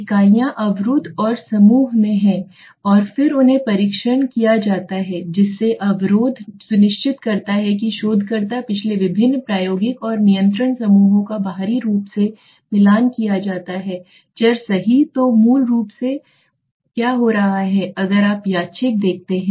इकाइयाँ अवरुद्ध और समूह हैं और फिर उन्हें परीक्षण किया जाता है जिससे अवरोधक सुनिश्चित करता है कि शोधकर्ता पिछले विभिन्न प्रायोगिक और नियंत्रण समूहों का बाहरी रूप से मिलान किया जाता है चर सही तो मूल रूप से क्या हो रहा है अगर आप यादृच्छिक देखते हैं